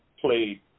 Played